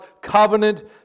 covenant